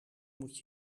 moet